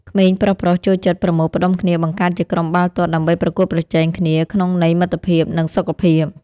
ក្មេងប្រុសៗចូលចិត្តប្រមូលផ្ដុំគ្នាបង្កើតជាក្រុមបាល់ទាត់ដើម្បីប្រកួតប្រជែងគ្នាក្នុងន័យមិត្តភាពនិងសុខភាព។